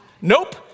Nope